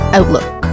Outlook